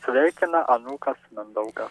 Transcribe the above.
sveikina anūkas mindaugas